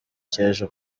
cy’ejo